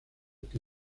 que